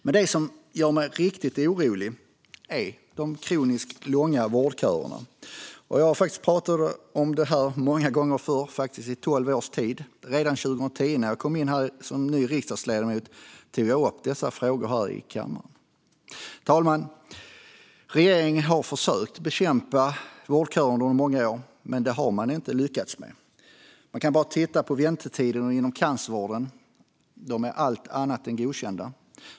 Men det som gör mig riktigt orolig är de kroniskt långa vårdköerna. Jag har pratat om det många gånger förr - det har jag faktiskt gjort under tolv års tid. Redan 2010, när jag var ny riksdagsledamot, tog jag upp dessa frågor här i kammaren. Fru talman! Regeringen har försökt bekämpa vårdköerna under många år, men man har inte lyckats med det. Man kan bara titta på väntetiderna inom cancervården. De är allt annat än godkända.